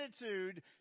attitude